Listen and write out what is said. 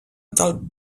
del